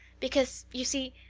because, you see,